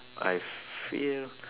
I feel